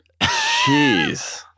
jeez